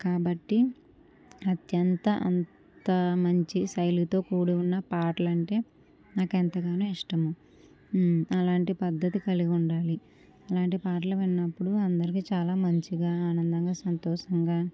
కాబట్టి అత్యంత అంత మంచి సైలుతో కూడిన పాటలు అంటే నాకు ఎంతగానో ఇష్టం అలాంటి పద్ధతి కలిగి ఉండాలి అలాంటి పాటలు విన్నప్పుడు అందరికీ చాలా మంచిగా ఆనందంగా సంతోషంగా